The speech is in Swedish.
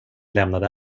lämnade